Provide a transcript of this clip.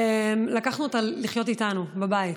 לקחנו אותה לחיות איתנו בבית.